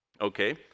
okay